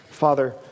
Father